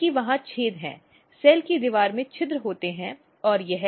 क्योंकि वहाँ छेद हैं सेल की दीवार में छिद्र होते हैं और यह